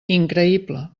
increïble